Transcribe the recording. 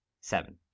seven